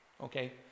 Okay